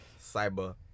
Cyber